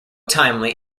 timely